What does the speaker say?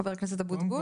חבר הכנסת אבוטבול?